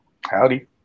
Howdy